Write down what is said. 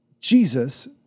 Jesus